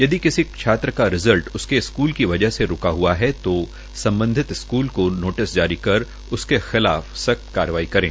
यदि किसी छात्र का नतीजा उसके स्कूल की बजह से रूका हुआ है तो सम्बधित स्कूल को नोटिस जारी कर उसके खिलाफ सख्त कार्यवाही करें